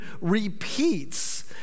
repeats